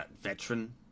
veteran